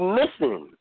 missing